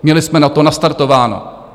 Měli jsme na to nastartováno.